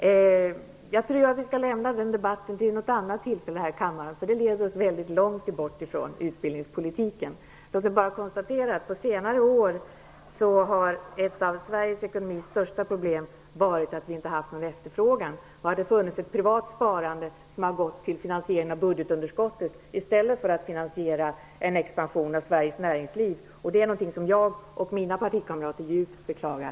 Jag tror att vi skall lämna den debatten till något annat tillfälle här i kammaren, eftersom den leder oss långt bort från utbildningspolitiken. Låt mig bara konstatera att ett av svensk ekonomis största problem på senare år har varit att vi inte har haft någon efterfrågan. Det har funnits ett privat sparande som har gått till finansiering av budgetunderskottet i stället för till finansiering av en expansion i svenskt näringsliv. Detta är något som jag och mina partikamrater djupt beklagar.